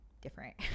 different